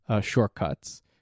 shortcuts